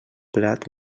plat